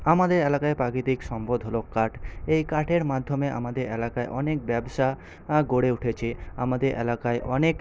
আমাদের এলাকায় প্রাকৃতিক সম্পদ হল কাঠ এই কাঠের মাধ্যমে আমাদের এলাকায় অনেক ব্যবসা গড়ে উঠেছে আমাদের এলাকায় অনেক